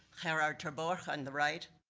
gerard ter borch, on the right,